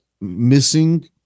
missing